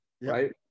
Right